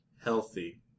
healthy